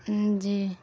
جی